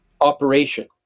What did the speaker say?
operation